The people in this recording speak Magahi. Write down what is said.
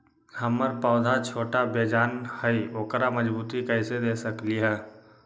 हमर पौधा छोटा बेजान हई उकरा मजबूती कैसे दे सकली ह?